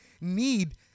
need